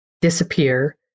disappear